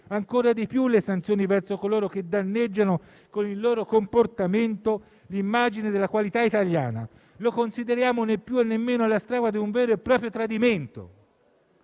ancora di più le sanzioni verso coloro che danneggiano con il loro comportamento l'immagine della qualità italiana: lo consideriamo né più e né meno alla stregua di un vero e proprio tradimento.